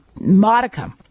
modicum